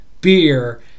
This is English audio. beer